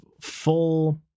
full